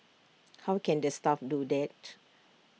how can the staff do that